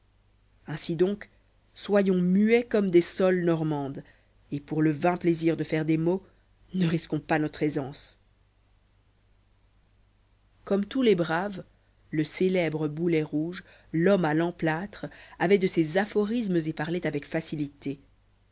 ainsi donc soyons muets comme des soles normandes et pour le vain plaisir de faire des mots ne risquons pas notre aisance comme tous les braves le célèbre boulet rouge l'homme à l'emplâtre avait de ces aphorismes et parlait avec facilité